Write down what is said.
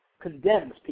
condemns